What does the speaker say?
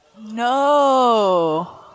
No